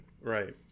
Right